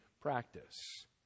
practice